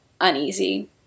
uneasy